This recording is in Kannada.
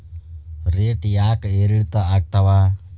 ರೇಟ್ ಯಾಕೆ ಏರಿಳಿತ ಆಗ್ತಾವ?